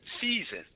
season